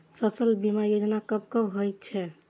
फसल बीमा योजना कब कब होय छै?